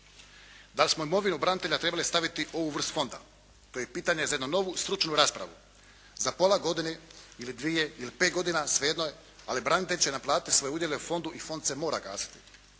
Da li smo imovinu branitelja trebali staviti u ovu vrst fonda, to je pitanje za jednu novu stručnu raspravu. Za pola godine, ili dvije, ili pet godina svejedno je ali branitelji će naplatiti svoje udjele u fondu i fond se mora gasiti.